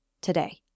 today